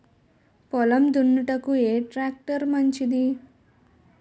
పొలం దున్నుటకు ఏ ట్రాక్టర్ మంచిది?